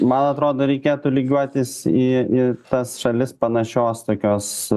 man atrodo reikėtų lygiuotis į į tas šalis panašios tokios